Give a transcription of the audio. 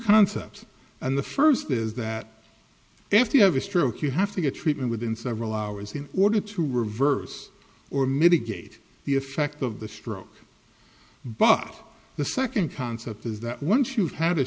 concepts and the first is that if you have a stroke you have to get treatment within several hours in order to reverse or mitigate the effect of the stroke but the second concept is that once you've had a